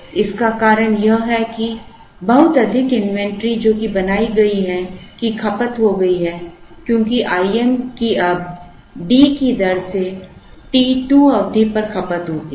इसका कारण यह है कि बहुत अधिक इन्वेंट्री जो कि बनाई गई है की खपत हो गई है क्योंकि Im की अब D की दर से t 2 अवधि पर खपत होती है